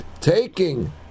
taking